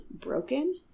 broken